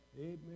Amen